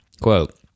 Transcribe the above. quote